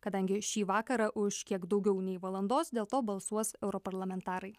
kadangi šį vakarą už kiek daugiau nei valandos dėl to balsuos europarlamentarai